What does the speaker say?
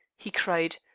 he cried.